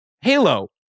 Halo